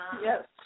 Yes